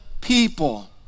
people